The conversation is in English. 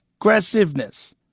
aggressiveness